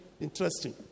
interesting